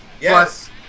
Yes